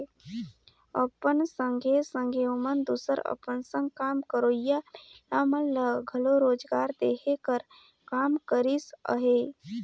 अपन संघे संघे ओमन दूसर अपन संग काम करोइया महिला मन ल घलो रोजगार देहे कर काम करिस अहे